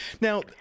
Now